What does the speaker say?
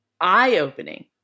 eye-opening